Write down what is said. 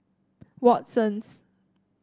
Watsons